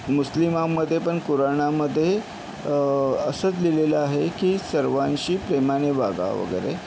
मुस्लिमांमध्ये पण कुराणामध्ये असंच लिहिलेलं आहे की सर्वांशी प्रेमाने वागा वगैरे